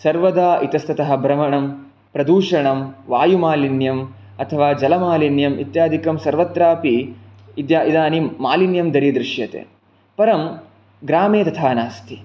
सर्वदा इतस्ततः भ्रमणं प्रदूषणं वायुमालिन्यम् अथवा जलमालिन्यम् इत्यादिकं सर्वत्रापि इदानीं मालिन्यं दरीदृश्यते परं ग्रामे तथा नास्ति